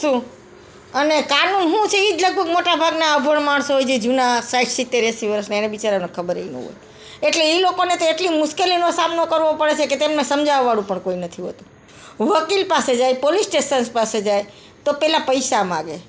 શું અને કાનૂન હું છે એ જ લગભગ મોટાભાગના અભણ માણસો હોય જે જૂના સાઠ સિત્તેર એંસી વરસના એના બીચારાને ખબરેય ન હોય એટલે એ લોકોને તો એટલી મુશ્કેલીનો સામનો કરવો પડે છે કે તેમને સમજાવવાવાળું પણ કોઇ નથી હોતું વકીલ પાસે જાય પોલીસ સ્ટેશન્સ પાસે જાય તો પહેલાં પૈસા માગે